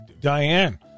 Diane